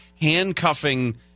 handcuffing